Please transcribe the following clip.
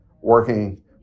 working